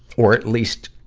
or, at least,